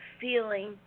feeling